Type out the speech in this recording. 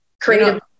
creative